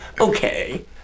okay